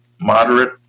moderate